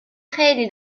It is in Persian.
خیلی